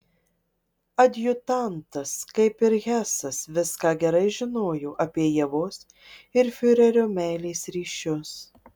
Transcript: adjutantas kaip ir hesas viską gerai žinojo apie ievos ir fiurerio meilės ryšius